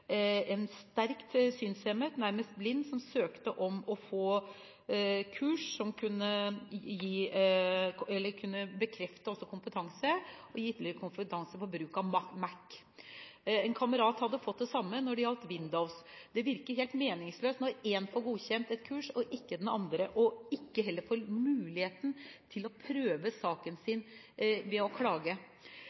en sterkt synshemmet, nærmest blind, som søkte om å få kurs som kunne bekrefte kompetanse og gi ytterligere kompetanse på bruk av Mac. En kamerat hadde fått det samme når det gjaldt Windows. Det virker helt meningsløst når én får godkjent kurs, og ikke den andre, og heller ikke får muligheten til å prøve saken sin ved å klage.